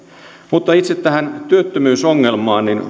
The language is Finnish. mutta itse tähän työttömyysongelmaan